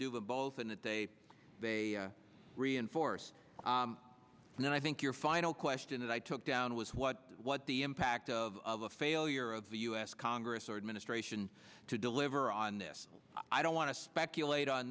do both and that they they reinforce and then i think your final question that i took down was what what the impact of the failure of the u s congress or administration to deliver on this i don't want to speculate on